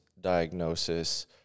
diagnosis